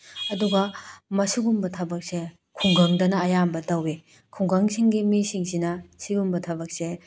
ꯑꯗꯨꯒ ꯃꯁꯤꯒꯨꯝꯕ ꯊꯕꯛꯁꯦ ꯈꯨꯡꯒꯪꯗꯅ ꯑꯌꯥꯝꯕ ꯇꯧꯏ ꯈꯨꯡꯒꯪꯒꯤ ꯃꯤꯁꯤꯡꯁꯤꯅ ꯁꯤꯒꯨꯝꯕ ꯊꯕꯛꯁꯦ